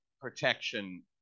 protection